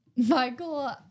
Michael